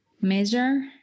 measure